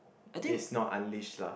is not unleashed lah